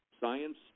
science